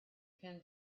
pin